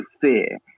fear